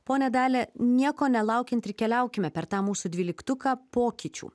ponia dalia nieko nelaukiant ir keliaukime per tą mūsų dvyliktuką pokyčių